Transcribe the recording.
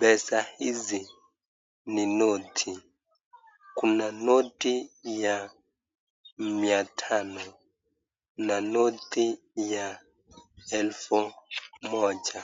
pesa hizi ni noti, kuna noti ya mia tano na kuna noti ya elfu moja.